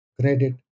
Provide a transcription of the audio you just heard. credit